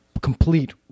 complete